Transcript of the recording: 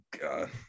God